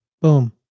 Boom